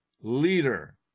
leader